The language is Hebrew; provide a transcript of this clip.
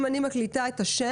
אם אני מקלידה את השם,